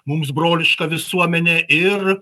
mums broliška visuomenė ir